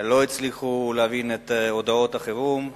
לא הצליחו להבין את הודעות החירום,